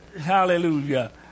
Hallelujah